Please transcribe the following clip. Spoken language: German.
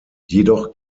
jedoch